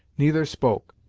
neither spoke,